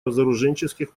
разоруженческих